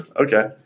Okay